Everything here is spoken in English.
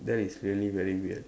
that is really very weird